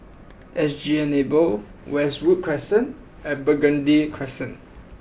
SG Enable Westwood Crescent and Burgundy Crescent